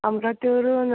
अमरावतीवरून